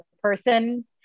person